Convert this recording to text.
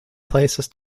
places